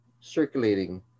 circulating